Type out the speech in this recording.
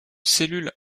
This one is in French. cellules